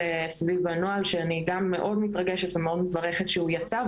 הנוהל שאני גם מאוד מתרגשת ומאוד מברכת שהוא יצא,